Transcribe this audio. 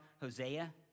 Hosea